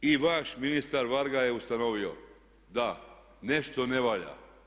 I vaš ministar Varga je ustanovio da nešto ne valja.